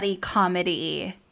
comedy